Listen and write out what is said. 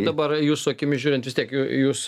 dabar jūsų akimis žiūrint vis tiek ju jūs